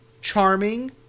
charming